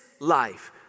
life